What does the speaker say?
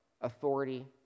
authority